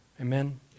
Amen